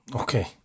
okay